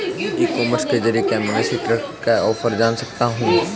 ई commerce के ज़रिए क्या मैं मेसी ट्रैक्टर का क्या ऑफर है जान सकता हूँ?